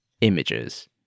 images